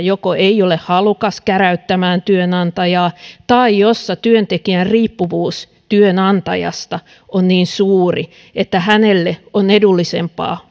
joko työntekijä ei ole halukas käräyttämään työnantajaa tai työntekijän riippuvuus työnantajasta on niin suuri että hänelle on edullisempaa